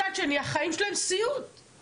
מצד שני, החיים שלהם הם סיוט מתמשך